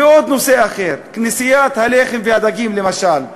ונושא אחר, כנסיית הלחם והדגים, למשל.